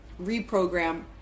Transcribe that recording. reprogram